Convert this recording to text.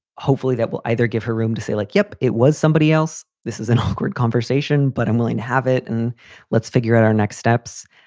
hopefully that will either give her room to say, like, yep, it was somebody else. this is an awkward conversation, but i'm willing to have it. and let's figure out our next steps.